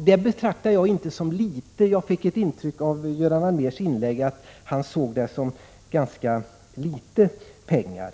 Det betraktar jag inte som litet pengar. Jag fick det intrycket av Göran Allmérs inlägg att han såg det som ganska litet pengar.